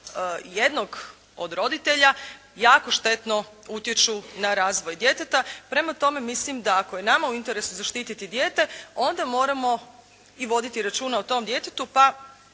jednog od roditelja jako štetno utječu na razvoj djeteta. Prema tome, mislim da ako je nama u interesu zaštititi dijete onda moramo i voditi računa o tom djetetu, pa